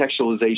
contextualization